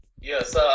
Yes